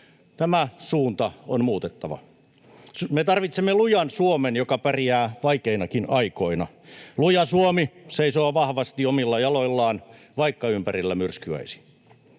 Tämä suunta on muutettava. Me tarvitsemme lujan Suomen, joka pärjää vaikeinakin aikoina. Luja Suomi seisoo vahvasti omilla jaloillaan, vaikka ympärillä myrskyäisi.